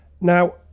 Now